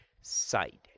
site